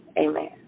Amen